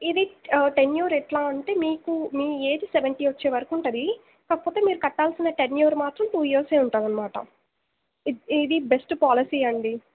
ఇది టెన్యూర్ ఎట్లా అంటే మీకు మీ ఏజ్ సెవెంటీ వచ్చే వరకు ఉంటుంది కాకపోతే మీరు కట్టాల్సిన టెన్యూర్ మాత్రం టూ ఇయర్స్ ఉంటుంది అన్నమాట ఇద్ ఇది బెస్ట్ పాలసీ అండి